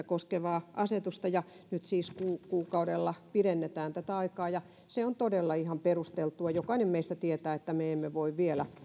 koskevaa asetusta ja nyt siis kuukaudella pidennetään tätä aikaa se on todella ihan perusteltua jokainen meistä tietää että me emme voi vielä